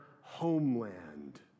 homeland